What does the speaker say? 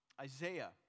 Isaiah